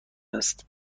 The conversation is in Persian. است